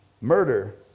Murder